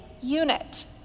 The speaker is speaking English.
unit